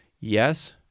Yes